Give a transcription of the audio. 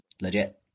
Legit